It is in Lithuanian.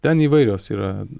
ten įvairios yra